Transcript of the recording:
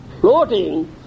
floating